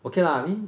okay lah I mean